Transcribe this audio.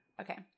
Okay